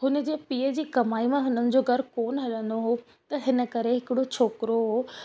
हुनजे पीउ जी कमाई मां हुननि जो घरु कोन हलंदो हुओ त हिन करे हिकिड़ो छोकिरो हुओ